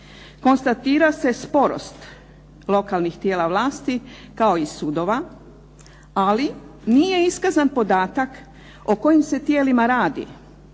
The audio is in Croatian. konstatira se sporost lokalnih tijela vlasti i sudova ali nije iskazan podatak o kojim se tijelima radi,